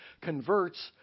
converts